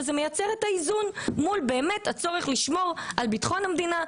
וזה מייצר את האיזון מול הצורך לשמור על ביטחון המדינה,